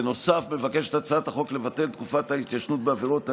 בנוסף מבקשת הצעת החוק לבטל את תקופת ההתיישנות בעבירות האינוס,